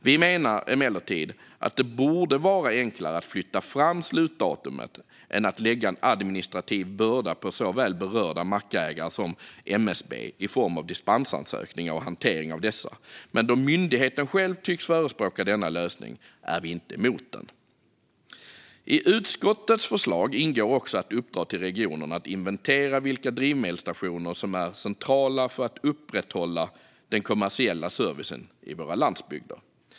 Vi menar emellertid att det borde vara enklare att flytta fram slutdatumet än att lägga en administrativ börda på såväl berörda mackägare som MSB i form av dispensansökningar och hantering av dessa. Men då myndigheten själv tycks förespråka denna lösning är vi inte emot den. I utskottets förslag ingår också att uppdra till regionerna att inventera vilka drivmedelsstationer som är centrala för att upprätthålla den kommersiella servicen på våra landsbygder.